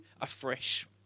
afresh